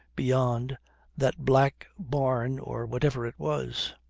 beyond that black barn or whatever it was.